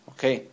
Okay